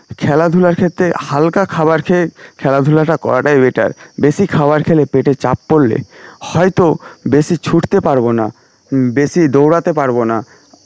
খেলাধুলার ক্ষেত্রে হালকা খাবার খেয়ে খেলাধুলাটা করাটাই বেটার বেশি খাবার খেলে পেটে চাপ পড়লে হয়তো বেশি ছুটতে পারবো না বেশি দৌড়াতে পারবো না